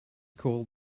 call